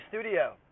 studio